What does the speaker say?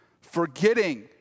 forgetting